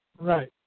Right